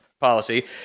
policy